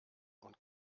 und